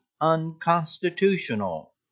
unconstitutional